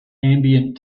ambient